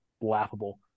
Laughable